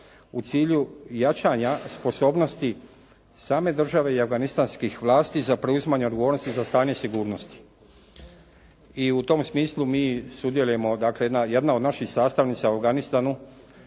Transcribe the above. u cilju jačanja sposobnosti same države i afganistanskih vlasti za preuzimanje odgovornosti za stanje sigurnosti. I u tom smislu mi sudjelujemo, dakle, jedna od naših sastavnica u Afganistanu